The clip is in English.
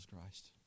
Christ